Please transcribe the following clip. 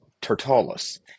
Tertullus